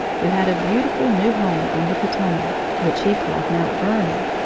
who had a beautiful new home on the potomac, which he called mount vernon,